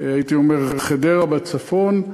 הייתי אומר, חדרה בצפון,